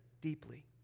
deeply